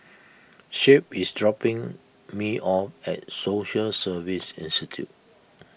Shep is dropping me off at Social Service Institute